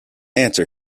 answer